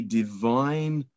divine